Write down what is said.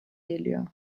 geliyor